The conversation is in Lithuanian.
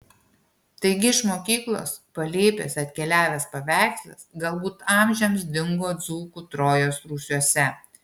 taigi iš mokyklos palėpės atkeliavęs paveikslas galbūt amžiams dingo dzūkų trojos rūsiuose